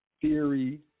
theory